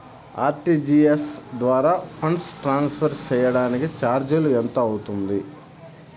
RTGS ద్వారా funds transfer సేయడానికి చార్జీలు ఎంత అవుతుంది